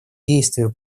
действию